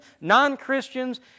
non-Christians